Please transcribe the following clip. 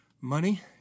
money